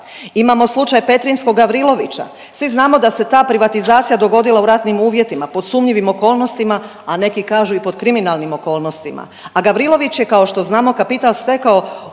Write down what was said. Imamo slučaj petrinjskog Gavrilovića, svi znamo da se ta privatizacija dogodila u ratnim uvjetima pod sumnjivim okolnostima, a neki kažu i pod kriminalnim okolnostima, a Gavrilović je kao što znamo kapital stekao